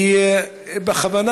ובכוונה,